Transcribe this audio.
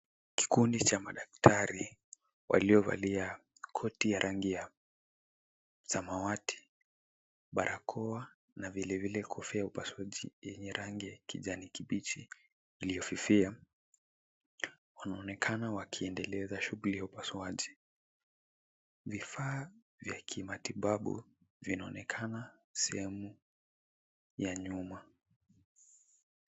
Kikundi cha madaktari waliovalia koti ya rangi ya samawati, barakoa na vilevile kofia ya upasuaji yenye rangi ya kijani kibichi iliyofifia, wanaonekana wakiendeleza shughuli ya upasuaji. Vifaa vya kimatibabu vinaonekana sehemu ya nyuma.